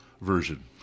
version